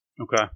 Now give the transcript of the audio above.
Okay